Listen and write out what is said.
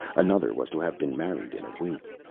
another was to have been married in a week.